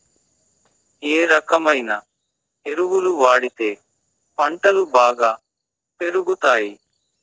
ఏ రకమైన ఎరువులు వాడితే పంటలు బాగా పెరుగుతాయి?